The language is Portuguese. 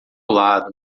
lado